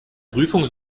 prüfung